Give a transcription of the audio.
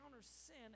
sin